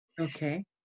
Okay